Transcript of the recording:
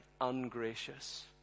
ungracious